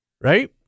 Right